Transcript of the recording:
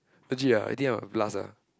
legit ah I think I will plus ah